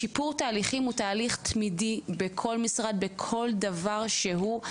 שיפור תהליכים הוא תהליך תמידי בכל משרד בכל דבר שהוא,